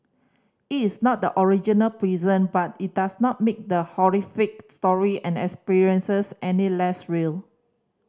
it is not the original prison but it does not make the horrific story and experiences any less real